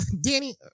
Danny